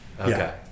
Okay